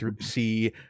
see